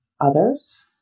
others